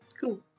cool